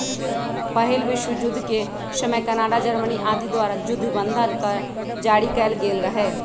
पहिल विश्वजुद्ध के समय कनाडा, जर्मनी आदि द्वारा जुद्ध बन्धन जारि कएल गेल रहै